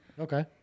Okay